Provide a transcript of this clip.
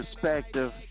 perspective